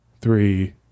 three